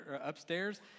Upstairs